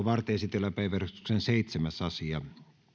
varten esitellään päiväjärjestyksen seitsemäs asia